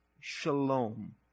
shalom